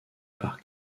par